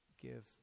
give